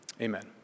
Amen